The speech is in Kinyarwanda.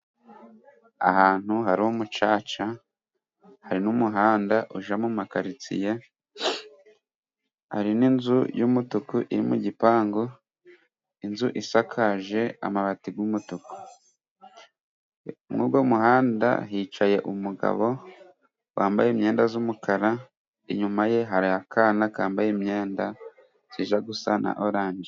Ahantu hari umucaca hari n'umuhanda ujya mu makaritsiye, hari n'inzu y'umutuku iri mu gipangu inzu isakaje amabati y'umutuku. Muri uwo muhanda hicaye umugabo wambaye imyenda y'umukara, inyuma ye hari akana kambaye imyenda ijya gusa na oranje.